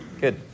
Good